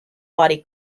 body